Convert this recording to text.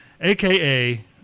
AKA